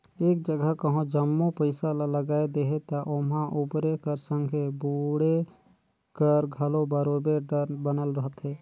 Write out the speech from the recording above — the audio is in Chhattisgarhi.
एक जगहा कहों जम्मो पइसा ल लगाए देहे ता ओम्हां उबरे कर संघे बुड़े कर घलो बरोबेर डर बनल रहथे